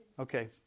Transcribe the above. Okay